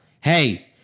hey